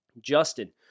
Justin